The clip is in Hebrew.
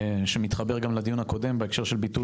שמתחבר גם לדיון הקודם בהקשר של ביטול